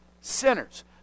sinners